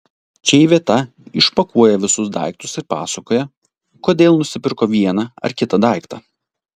čia iveta išpakuoja visus daiktus ir pasakoja kodėl nusipirko vieną ar kitą daiktą